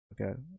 Okay